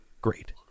great